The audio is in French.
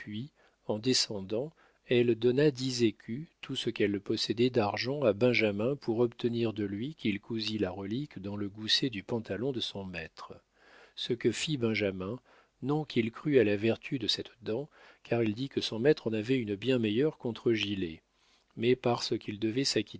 en descendant elle donna dix écus tout ce qu'elle possédait d'argent à benjamin pour obtenir de lui qu'il cousît la relique dans le gousset du pantalon de son maître ce que fit benjamin non qu'il crût à la vertu de cette dent car il dit que son maître en avait une bien meilleure contre gilet mais parce qu'il devait